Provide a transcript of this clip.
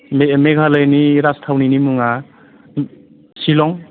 May मेघालयनि राजथावनिनि मुङा सिलं